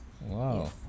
wow